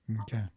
okay